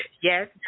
Yes